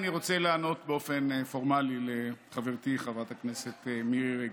אני רוצה לענות באופן פורמלי לחברתי חברת הכנסת מירי רגב.